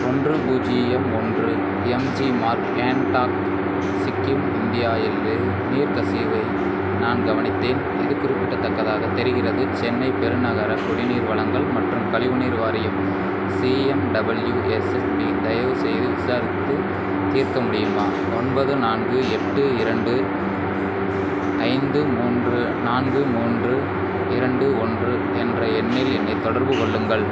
ஒன்று பூஜ்ஜியம் ஒன்று எம்ஜி மார்க் கேங்டாக் சிக்கிம் இந்தியா இல் நீர் கசிவை நான் கவனித்தேன் இது குறிப்பிடத்தக்கதாகத் தெரிகிறது சென்னை பெருநகர குடிநீர் வழங்கல் மற்றும் கழிவுநீர் வாரியம் சிஎம்டபிள்யூஎஸ்எஸ்பி தயவுசெய்து விசாரித்து தீர்க்க முடியுமா ஒன்பது நான்கு எட்டு இரண்டு ஐந்து மூன்று நான்கு மூன்று இரண்டு ஒன்று என்ற எண்ணில் என்னைத் தொடர்பு கொள்ளுங்கள்